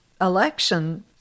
election